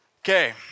Okay